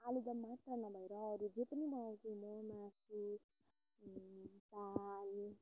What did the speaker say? आलुदम मात्र नभएर अरू जे पनि बनाउँछु म मासु दाल